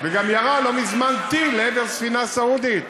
וגם ירה לא מזמן טיל לעבר ספינה סעודית.